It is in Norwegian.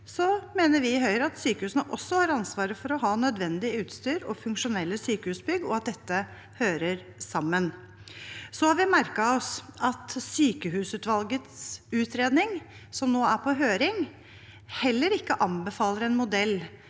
helsearbeidere på jobb, også har ansvaret for å ha nødvendig utstyr og funksjonelle sykehusbygg, og at dette hører sammen. Videre har vi merket oss at sykehusutvalgets utredning, som nå er på høring, heller ikke anbefaler en modell